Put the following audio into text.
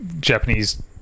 Japanese